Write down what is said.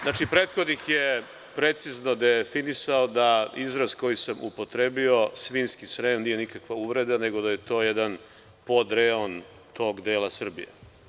Znači, prethodnik je precizno definisao da izraz koji sam upotrebio – svinjski Srem, nije nikakva uvreda, nego da je to jedan podreon tog dela Srbije.